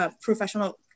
professional